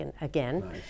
again